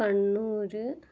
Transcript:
Kannur